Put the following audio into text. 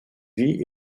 vit